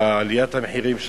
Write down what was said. ועליית המחירים,